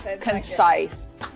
concise